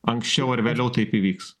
anksčiau ar vėliau taip įvyks